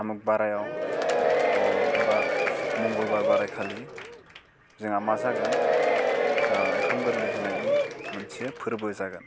आमुख बारायाव एबा मंगलबार बाराय खालि जोंहा मा जागोन ओंखाम गोरलै होनायनि मोनसे फोर्बो जागोन